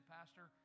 Pastor